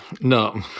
no